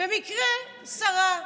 במקרה שרה,